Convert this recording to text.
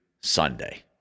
Sunday